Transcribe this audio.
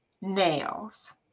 nails